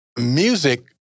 music